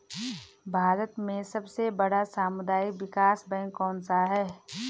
भारत में सबसे बड़ा सामुदायिक विकास बैंक कौनसा है?